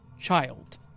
child